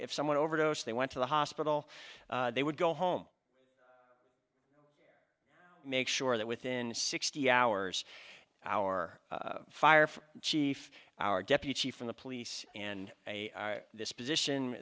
if someone overdose they went to the hospital they would go home make sure that within sixty hours our fire chief our deputy chief from the police and a disposition